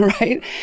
right